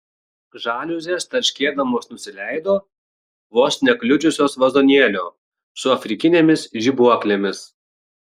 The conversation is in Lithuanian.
žaliuzės tarškėdamos nusileido vos nekliudžiusios vazonėlio su afrikinėmis žibuoklėmis